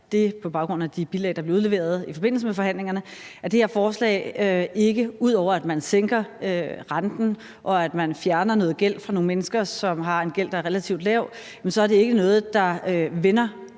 på baggrund af de bilag, der blev udleveret i forbindelse med forhandlingerne, at det her forslag, ud over at man sænker renten og man fjerner noget fra nogle mennesker, som har en gæld, der er relativt lav, ikke er noget, der vender